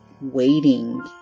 waiting